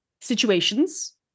situations